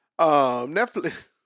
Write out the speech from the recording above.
Netflix